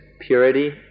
purity